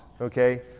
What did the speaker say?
okay